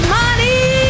money